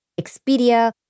Expedia